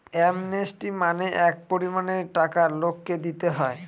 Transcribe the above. amnesty মানে এক পরিমানের টাকা লোককে দিতে হয়